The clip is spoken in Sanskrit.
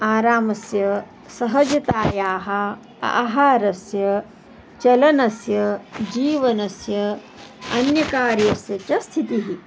आरामस्य सहजतायाः आहारस्य चलनस्य जीवनस्य अन्यकार्यस्य च स्थितिः